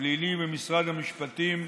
פלילי במשרד המשפטים,